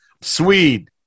Swede